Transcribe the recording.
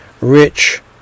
rich